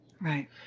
right